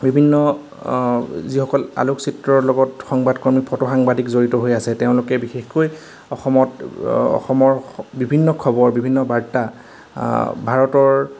বিভিন্ন অ যিসকল আলোকচিত্ৰৰ লগত সংবাদকৰ্মী ফটো সাংবাদিক জড়িত হৈ আছে তেওঁলোকে বিশেষকৈ অসমত অ অসমৰ বিভিন্ন খবৰ বিভিন্ন বাৰ্তা আ ভাৰতৰ